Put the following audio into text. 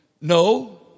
No